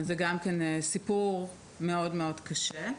גם זה סיפור מאוד קשה.